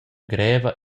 greva